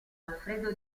alfredo